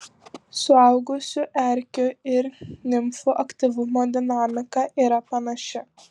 suaugusių erkių ir nimfų aktyvumo dinamika yra panaši